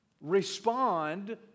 respond